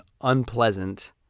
unpleasant